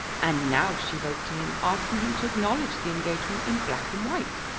and now she wrote to him asking him to acknowledge the engagement in black and white.